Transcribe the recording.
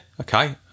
Okay